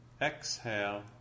Exhale